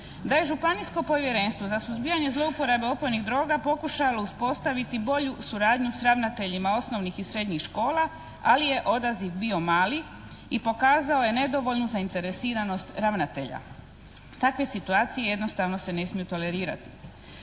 da je Županijsko povjerenstvo za suzbijanje zlouporabe opojnih droga pokušalo uspostaviti bolju suradnju s ravnateljima osnovnih i srednjih škola, ali je odaziv bio mali i pokazao je nedovoljnu zainteresiranost ravnatelja. Takve situacije jednostavno se ne smiju tolerirati.